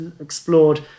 explored